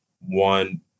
one